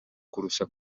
kurusha